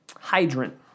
hydrant